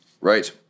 Right